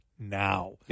now